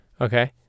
Okay